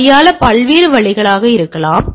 இதைக் கையாள பல்வேறு வழிகள் இருக்கலாம்